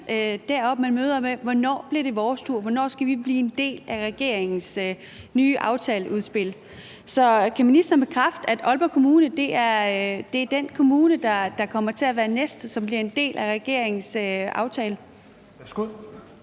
flere, der siger: Hvornår bliver det vores tur? Hvornår skal vi blive en del af regeringens nye aftaleudspil? Så kan ministeren bekræfte, at Aalborg Kommune er den kommune, der kommer til at være den næste, som bliver en del af regeringens aftale?